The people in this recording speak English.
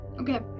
Okay